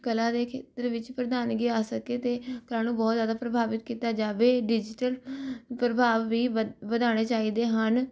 ਕਲਾ ਦੇ ਖੇਤਰ ਵਿੱਚ ਪ੍ਰਧਾਨਗੀ ਆ ਸਕੇ ਅਤੇ ਉਹਨਾਂ ਨੂੰ ਬਹੁਤ ਜ਼ਿਆਦਾ ਪ੍ਰਭਾਵਿਤ ਕੀਤਾ ਜਾਵੇ ਡਿਜ਼ੀਟਲ ਪ੍ਰਭਾਵ ਵੀ ਵਧ ਵਧਾਉਣੇ ਚਾਹੀਦੇ ਹਨ